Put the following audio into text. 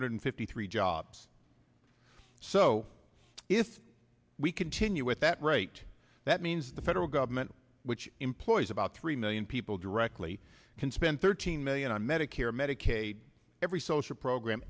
hundred fifty three jobs so if we continue with that rate that means the federal government which employs about three million people directly can spend thirteen million on medicare medicaid every social program